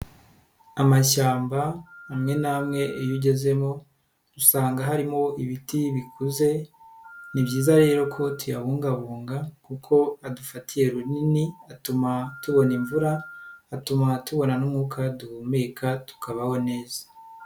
Amashyamba amwe n'amwe iyo ugezemo usanga harimo ibiti bikuze, ni byiza rero ko tuyabungabunga kuko adufatiye runini, atuma tubona imvura, atuma tubona n'umwuka duhumeka tukabaho neza.